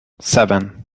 seven